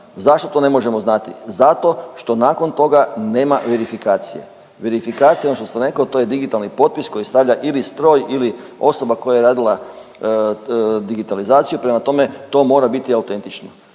Zašto to ne možemo znati? Zato što nakon toga nema verifikacije. Verifikacija je ono što sam rekao, to je digitalni potpis koji stavlja ili stroj ili osoba koja je radila digitalizaciju, prema tome to mora biti autentično.